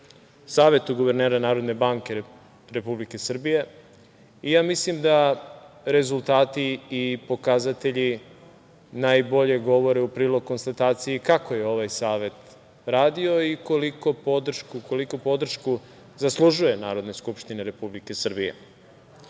Savetu guvernera NBS. Ja mislim da rezultati i pokazatelji najbolje govore u prilog konstataciji kako je ovaj savet radio i koliku podršku zaslužuje Narodne skupštine Republike Srbije. Kada